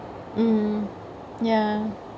mm ya